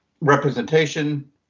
representation